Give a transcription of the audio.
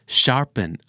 sharpen